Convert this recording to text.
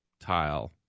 tile